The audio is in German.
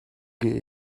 gehe